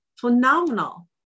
phenomenal